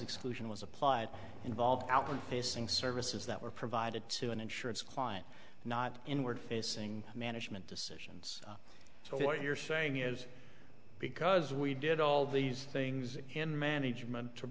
exclusion was applied involve outpacing services that were provided to an insurance client not inward facing management decisions so what you're saying is because we did all these things in management to